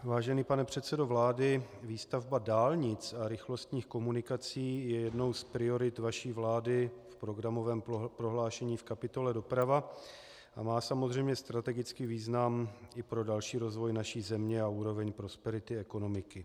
Vážený pane předsedo vlády, výstavba dálnic a rychlostních komunikací je jednou z priorit vaší vlády v programovém prohlášení v kapitole Doprava a má samozřejmě strategický význam i pro další rozvoj naší země a úroveň prosperity ekonomiky.